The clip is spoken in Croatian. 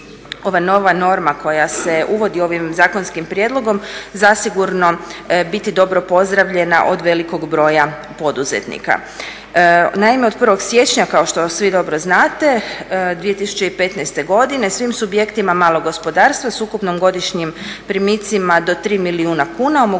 ova nova norma koja se uvodi ovim zakonskim prijedlogom zasigurno biti dobro pozdravljena od velikog broja poduzetnika. Naime, od 1. siječnja kao što svi dobro znate 2015. godine svim subjektima malog gospodarstva s ukupnim godišnjim primicima do 3 milijuna kuna omogućit